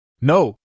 No